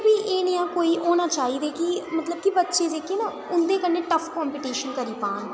प्ही एह् नेह् कोई होने चाहिदे कि मतलब कि बच्चे जेह्के ना उं'दे कन्नै टफ कम्पीटीशन करी पान